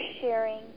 sharing